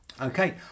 Okay